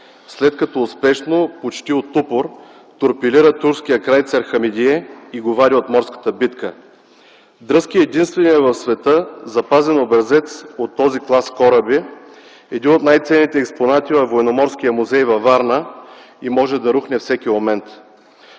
след като успешно, почти от упор, торпилира турския крайцер „Хамидие” и го вади от морската битка. „Дръзки” е единственият в света запазен образец от този клас кораби – един от най-ценните експонати във Военноморския музей във Варна и може да рухне всеки момент.